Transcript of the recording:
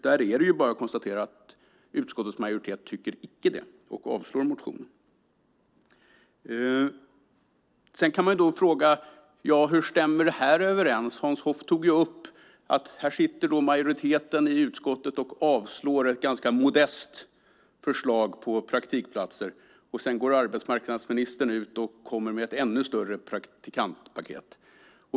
Vi kan konstatera att utskottets majoritet inte tycker det och avslår motionen. Hur stämmer det här överens? Hans Hoff tog upp att majoriteten i utskottet avslår ett ganska modest förslag på praktikplatser, och sedan går arbetsmarknadsministern ut med ett ännu större praktikantpaket.